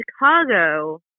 Chicago